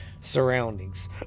surroundings